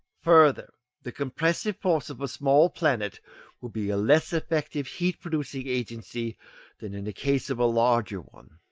further, the compressive force of a small planet will be a less effective heat-producing agency than in the case of a larger one.